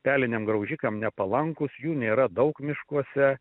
pelniam graužikams nepalankūs jų nėra daug miškuose